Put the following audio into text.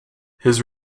his